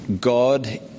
God